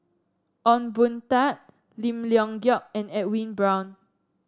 Ong Boon Tat Lim Leong Geok and Edwin Brown